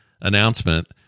announcement